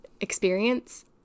experience